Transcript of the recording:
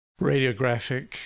radiographic